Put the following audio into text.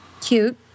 Cute